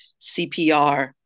CPR